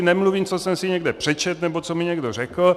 Nemluvím, co jsem si někde přečetl nebo co mi někdo řekl.